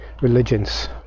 religions